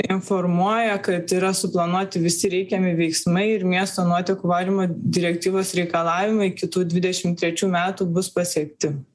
informuoja kad yra suplanuoti visi reikiami veiksmai ir miesto nuotekų valymo direktyvos reikalavimai iki tų dvidešim trečių metų bus pasiekti